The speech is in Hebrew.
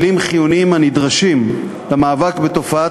כלים חיוניים הנדרשים למאבק בתופעת